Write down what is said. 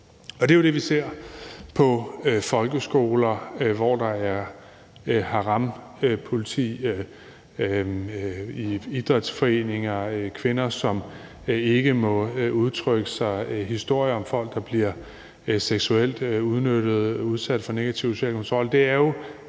Det er jo det, vi ser på folkeskoler, hvor der er harampoliti, i idrætsforeninger, med kvinder, som ikke må udtrykke sig og med historier om folk, der bliver seksuelt udnyttet og udsat for negativ social kontrol.